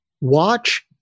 watch